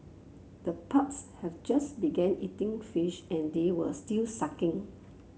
the pups have just began eating fish and they were still suckling